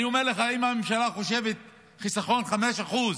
אני אומר לך, אם הממשלה חושבת על חיסכון של 5%,